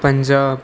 Punjab